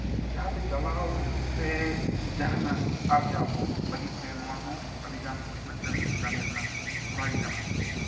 ᱡᱟᱦᱟᱸᱛᱮ ᱪᱟᱞᱟᱣ ᱥᱮ ᱡᱟᱦᱟᱱᱟᱜ ᱟᱨᱡᱟᱣ ᱠᱚ ᱞᱟᱹᱜᱤᱫᱛᱮ ᱱᱚᱣᱟ ᱦᱚᱸ ᱟᱹᱰᱤᱜᱟᱱ ᱢᱮᱫᱴᱮᱱ ᱠᱟᱹᱢᱤ ᱨᱮᱱᱟᱝ ᱦᱚᱨᱟ ᱜᱮ ᱠᱟᱱᱟ